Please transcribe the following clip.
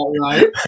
right